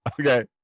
Okay